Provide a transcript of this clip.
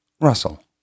Russell